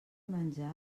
menjar